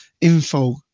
info